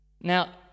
Now